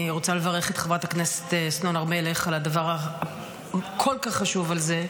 אני רוצה לברך את חברת הכנסת סון הר מלך על הדבר הכל-כך חשוב הזה.